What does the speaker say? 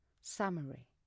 Summary